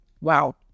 wow